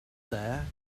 there